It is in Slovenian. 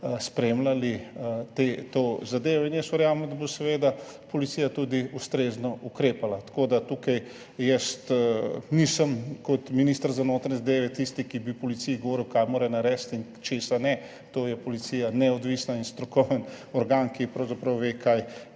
spremljali to zadevo. Jaz verjamem, da bo seveda policija tudi ustrezno ukrepala, tako da tukaj jaz nisem kot minister za notranje zadeve tisti, ki bi policiji govoril, kaj mora narediti in česa ne. Policija je neodvisna in strokoven organ, ki pravzaprav ve, kaj